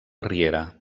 riera